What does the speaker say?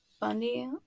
Bundy